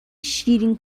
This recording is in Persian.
شیرین